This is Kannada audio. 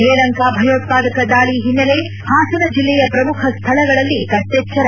ಶ್ರೀಲಂಕಾ ಭಯೋತ್ಪಾದಕ ದಾಳಿ ಹಿನ್ನೆಲೆ ಹಾಸನ ಜಿಲ್ಲೆಯ ಪ್ರಮುಖ ಸ್ವಳಗಳಲ್ಲಿ ಕಟ್ಟೆಚ್ಚರ